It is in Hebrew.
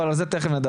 אבל על זה תיכף נדבר.